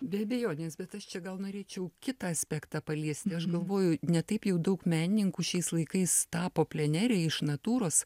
be abejonės bet aš čia gal norėčiau kitą aspektą paliesti aš galvoju ne taip jau daug menininkų šiais laikais tapo plenere iš natūros